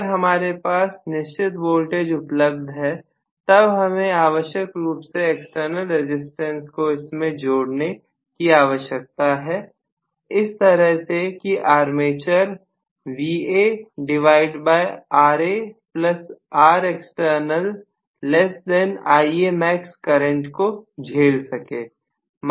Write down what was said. अगर हमारे पास निश्चित वोल्टेज उपलब्ध है तब हमें आवश्यक रूप से एक्सटर्नल रेजिस्टेंस को इसमें जोड़ने की आवश्यकता है इस तरह से कि armature VaRaRext Ia max current को झेल सके